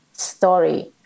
story